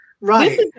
Right